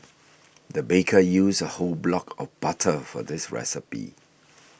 the baker used a whole block of butter for this recipe